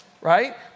right